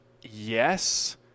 Yes